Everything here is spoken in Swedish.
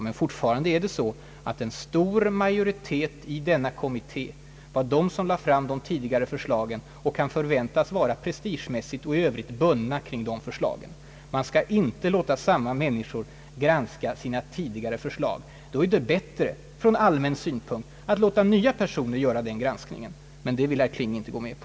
Men fortfarande är det så att en stor majoritet i denna kommitté var densamma som lade fram de tidigare förslagen. De kan förväntas vara prestigemässigt och i övrigt bundna till dessa förslag. Man skall inte låta samma människor granska sina tidigare åsikter. Då är det bättre, från allmän synpunkt, att låta nya personer göra den granskningen. Men det vill herr Kling inte gå med på.